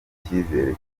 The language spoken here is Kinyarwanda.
icyizere